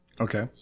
Okay